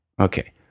Okay